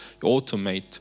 automate